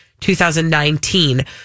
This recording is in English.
2019